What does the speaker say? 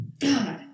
God